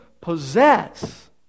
possess